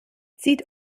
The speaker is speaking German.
zieht